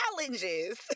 challenges